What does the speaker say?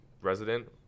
resident